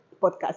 podcast